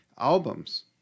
Albums